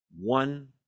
one